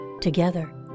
together